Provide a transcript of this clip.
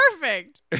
perfect